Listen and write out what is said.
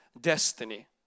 destiny